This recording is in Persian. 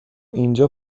اینجا